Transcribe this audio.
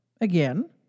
again